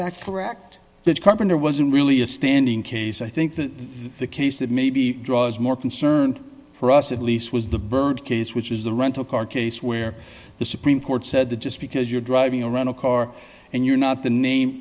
that carpenter wasn't really a standing case i think that the case that maybe draws more concerned for us at least was the byrd case which is the rental car case where the supreme court said that just because you're driving a rental car and you're not the name